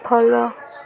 follow